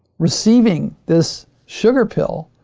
receiving this sugar pill,